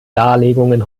darlegungen